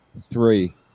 three